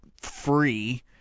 free